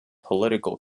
political